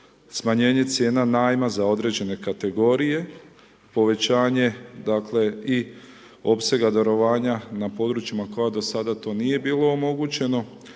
smanjenje cijena najma za određene kategorije, povećanje, dakle, i opsega darovanja na područjima koja do sada to nije bilo omogućeno,